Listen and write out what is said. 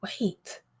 wait